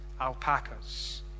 alpacas